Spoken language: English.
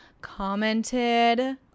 commented